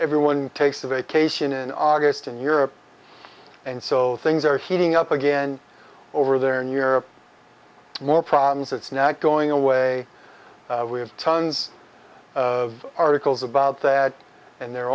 everyone takes a vacation in august in europe and so things are heating up again over there in europe more problems it's not going away we have tons of articles about that and they're